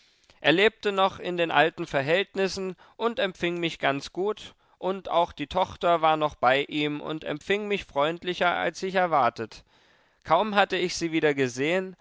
er lebte noch in den alten verhältnissen und empfing mich ganz gut und auch die tochter war noch bei ihm und empfing mich freundlicher als ich erwartet kaum hatte ich sie wieder gesehen